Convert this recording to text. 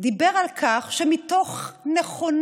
דיבר על כך שמתוך נכונות